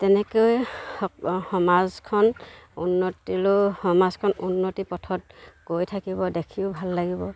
তেনেকৈয়ে সমাজখন উন্নতিলৈ সমাজখন উন্নতি পথত গৈ থাকিব দেখিও ভাল লাগিব